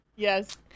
yes